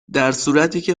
درصورتیکه